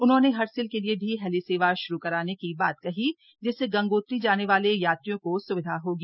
उन्होंने हर्षिल के लिए भी हेली सेवा श्रू कराने की बात कही जिससे गंगोत्री जाने वाले यात्रियों को सुविधा होगी